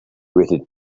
waited